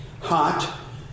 hot